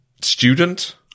student